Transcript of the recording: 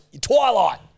Twilight